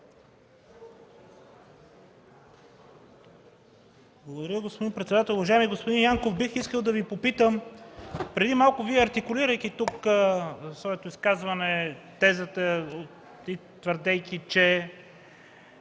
Благодаря, господин председател. Уважаеми господин Янков, бих искал да Ви попитам: преди малко Вие артикулирайки тук в своето изказване тезата си, твърдяхте, че